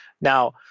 Now